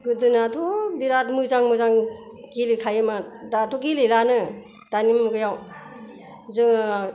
गोदोनाथ' बिराद मोजां मोजां गेलेखायोमोन दाथ' गेलेलानो दानि मुगायाव जोङो